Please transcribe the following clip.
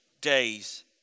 days